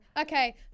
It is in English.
okay